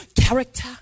character